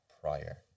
prior